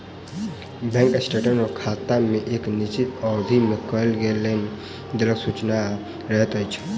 bank statement मे खाता मे एक निश्चित अवधि मे कयल गेल लेन देनक सूचना रहैत अछि